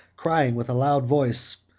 crying, with a loud voice,